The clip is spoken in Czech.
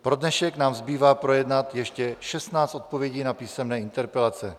Pro dnešek nám zbývá projednat ještě 16 odpovědí na písemné interpelace.